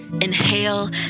Inhale